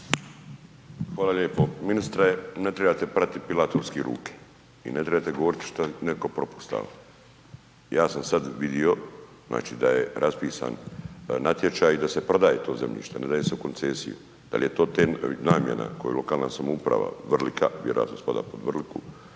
Hvala lijepo. Ministre ne trebate prati pilatorski ruke i ne trebate govoriti šta je netko .../Govornik se ne razumije./.... Ja sam sad vidio znači da je raspisan natječaj i da se prodaje to zemljište, ne daje se u koncesiju. Da li je to namjena koju lokalna samouprava Vrlika, vjerojatno spada pod Vrliku,